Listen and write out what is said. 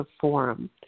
forum